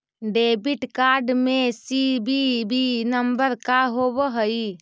Debit card CVV सी.वी.वी नंबर का होव हइ?